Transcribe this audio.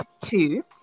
two